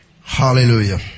Hallelujah